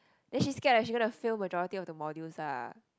then she scared that she's gonna fail majority of the modules lah